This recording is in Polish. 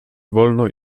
wolno